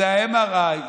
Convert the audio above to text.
זה ה-MRI,